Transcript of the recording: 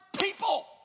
people